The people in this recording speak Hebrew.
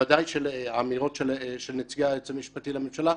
בוודאי של האמירות של נציגי היועץ המשפטי לממשלה,